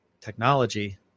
technology